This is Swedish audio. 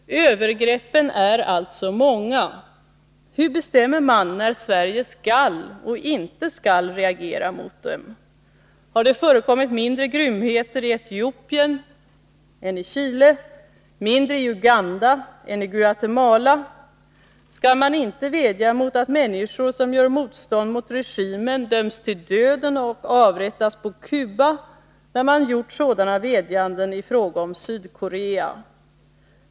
Övergreppen är alltså många. Hur bestämmer man när Sverige skall och inte skall reagera mot dem? Har det förekommit mindre grymheter i Etiopien än i Chile, mindre i Uganda än i Guatemala? Skall man inte vädja mot att människor som gör motstånd mot regimen döms till döden och avrättas på Cuba, när man gjort sådana vädjanden i fråga om Sydkorea?